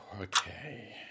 Okay